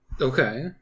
Okay